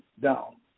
down